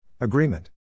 Agreement